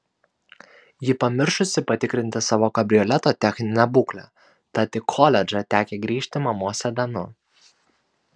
ji pamiršusi patikrinti savo kabrioleto techninę būklę tad į koledžą tekę grįžti mamos sedanu